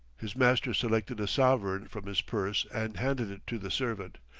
his master selected a sovereign from his purse and handed it to the servant.